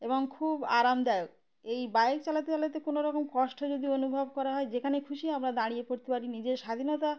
এবং খুব আরামদায়ক এই বাইক চালাতে চালাতে কোনো রকম কষ্ট যদি অনুভব করা হয় যেখানে খুশি আমরা দাঁড়িয়ে পড়তে পারি নিজের স্বাধীনতা